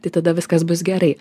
tai tada viskas bus gerai